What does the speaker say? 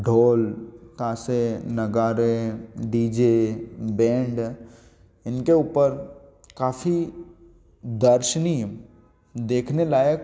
ढोल ताशे नगाड़े डी जे बैंड इनके ऊपर काफ़ी दर्शनीय देखने लयाक